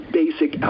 basic